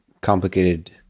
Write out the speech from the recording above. complicated